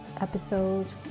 episode